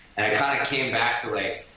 kind of came back to like,